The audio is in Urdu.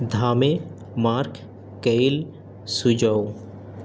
دھامے مارک کئل سجاؤ